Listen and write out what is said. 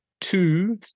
two